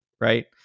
right